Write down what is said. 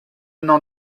n’en